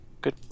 good